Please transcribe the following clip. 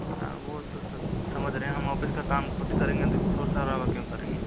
ना वो तो सब समझ रहे हैं हम ऑफिस का काम खुद करेंगे देखो शोर शराबा क्यों करेंगे